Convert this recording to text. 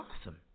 awesome